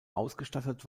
ausgestattet